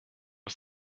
was